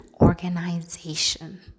organization